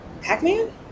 Pac-Man